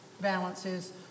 balances